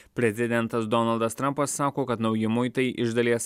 prezidentas donaldas trampas sako kad nauji muitai iš dalies